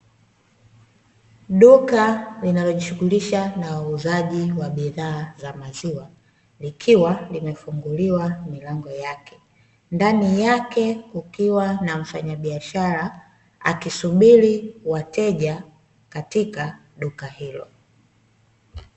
Duka linalojishughulisha na wauzaji wa bidhaa za maziwa, likiwa limefunguliwa milango yak. Ndani yake kukiwa na mfanyabiashara akisubiri wateja katika duka hilo.